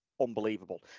unbelievable